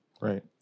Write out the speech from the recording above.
Right